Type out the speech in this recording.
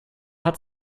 hat